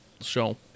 show